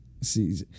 See